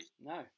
No